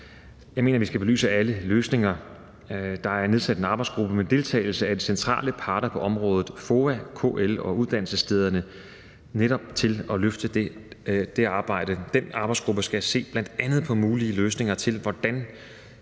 Jeg mener, at vi skal belyse alle løsninger. Der er nedsat en arbejdsgruppe med deltagelse af de centrale parter på området, FOA, KL og uddannelsesstederne, netop til at løfte det arbejde. Den arbejdsgruppe skal bl.a. se på mulige løsninger til, hvordan